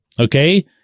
okay